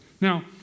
Now